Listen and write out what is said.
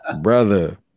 Brother